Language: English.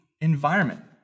environment